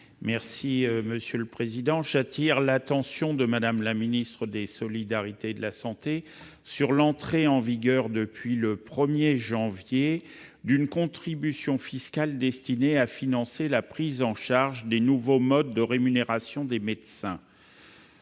secrétaire d'État, j'appelle l'attention de Mme la ministre des solidarités et de la santé sur l'entrée en vigueur, depuis le 1 janvier dernier, d'une contribution fiscale destinée à financer la prise en charge des nouveaux modes de rémunération des médecins.